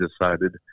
decided